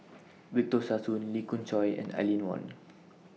Victor Sassoon Lee Khoon Choy and Aline Wong